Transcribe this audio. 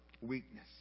weakness